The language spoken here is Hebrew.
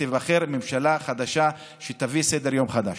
ותיבחר ממשלה חדשה שתביא סדר-יום חדש.